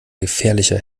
gefährlicher